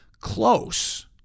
close